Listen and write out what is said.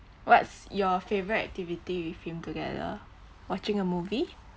what's your favourite activity with him together watching a movie